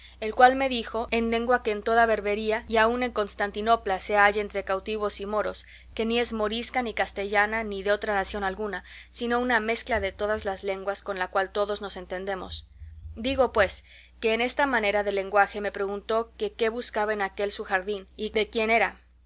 el cual me dijo en lengua que en toda la berbería y aun en costantinopla se halla entre cautivos y moros que ni es morisca ni castellana ni de otra nación alguna sino una mezcla de todas las lenguas con la cual todos nos entendemos digo pues que en esta manera de lenguaje me preguntó que qué buscaba en aquel su jardín y de quién era